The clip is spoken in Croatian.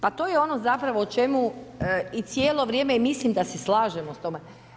Pa to je ono zapravo o čemu i cijelo vrijeme mislim da se slažemo s time.